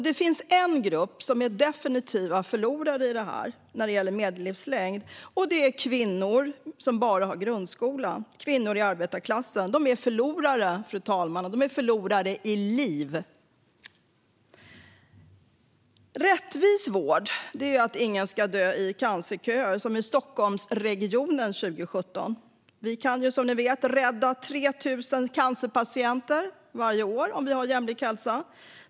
Det finns en grupp som är definitiva förlorare när det gäller medellivslängd, och det är kvinnor som bara har grundskola. Kvinnor ur arbetarklassen är förlorare, fru talman. De är förlorare i liv. Rättvis vård är att ingen ska dö i cancerköer, som i Stockholmsregionen 2017. Vi kan, som ni vet, rädda 3 000 cancerpartieter varje år om vi har jämlik hälsa.